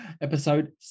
episode